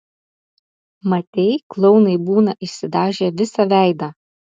matei klounai būna išsidažę visą veidą